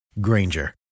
Granger